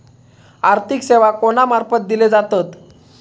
आर्थिक सेवा कोणा मार्फत दिले जातत?